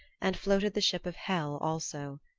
and floated the ship of hel also.